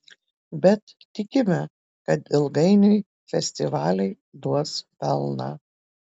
bet tikime kad ilgainiui festivaliai duos pelną